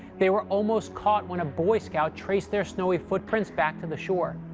they were almost caught when a boy scout traced their snowy footprints back to the shore.